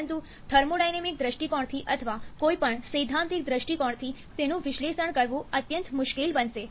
પરંતુ થર્મોડાયનેમિક દ્રષ્ટિકોણથી અથવા કોઈપણ સૈ દ્ધાન્તિક દ્રષ્ટિકોણથી તેનું વિશ્લેષણ કરવું અત્યંત મુશ્કેલ બનશે